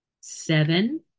Seven